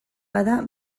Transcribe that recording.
bada